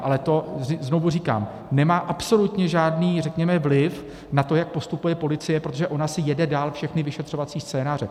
Ale to, znovu říkám, nemá absolutně žádný vliv na to, jak postupuje policie, protože ona si jede dál všechny vyšetřovací scénáře.